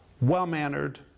well-mannered